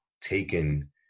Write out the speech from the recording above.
taken